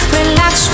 relax